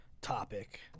topic